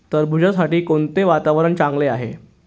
टरबूजासाठी कोणते वातावरण चांगले आहे?